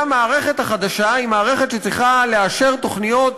והמערכת החדשה היא מערכת שצריכה לאשר תוכניות